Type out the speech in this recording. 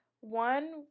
one